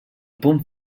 punt